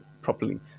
properly